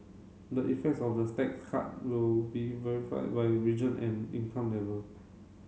the effects of the cut will be verified by region and income level